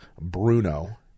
Bruno